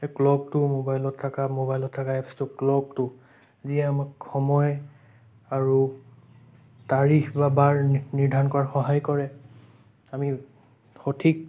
এই ক্লকটো মোবাইলত থকা মোবাইলত থকা এপছটো ক্লকটো যিয়ে আমাক সময় আৰু তাৰিখ বা বাৰ নি নিৰ্ধাৰণ কৰাত সহায় কৰে আমি সঠিক